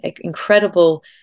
incredible